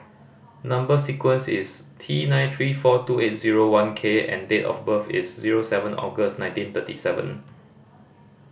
number sequence is T nine three four two eight zero one K and date of birth is zero seven August nineteen thirty seven